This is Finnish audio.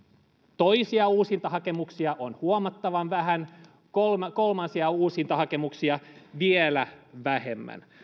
toisia uusintahakemuksia on huomattavan vähän kolmansia uusintahakemuksia vielä vähemmän